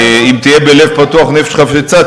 אם תהיה בלב פתוח ונפש חפצה,